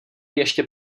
ještě